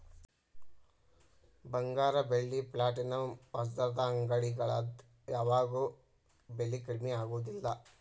ಬಂಗಾರ ಬೆಳ್ಳಿ ಪ್ಲಾಟಿನಂ ವಜ್ರದ ಅಂಗಡಿಗಳದ್ ಯಾವಾಗೂ ಬೆಲಿ ಕಡ್ಮಿ ಆಗುದಿಲ್ಲ